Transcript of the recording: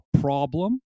problem